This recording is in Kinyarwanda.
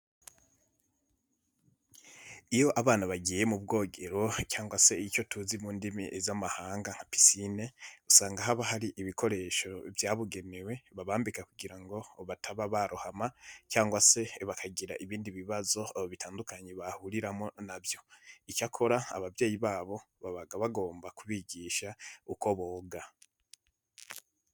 Iyo abana bagiye mu bwongero cyangwa se icyo tuzi mu ndimi z'amahanga nka pisine, usanga haba hari ibikoresho byabugenewe babambika kugira ngo bataba barohama cyangwa se bakagira ibindi bibazo bitandukanye bahuriramo na byo. Icyakora ababyeyi babo baba bagomba kubigisha uko boga.